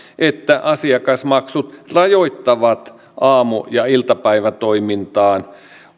että asiakasmaksut rajoittavat aamu ja iltapäivätoimintaan